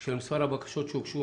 של מספר הבקשות שהוגשו,